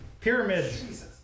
pyramids